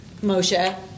Moshe